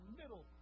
middle